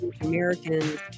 Americans